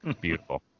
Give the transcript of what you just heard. beautiful